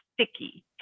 sticky